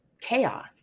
chaos